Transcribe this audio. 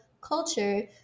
culture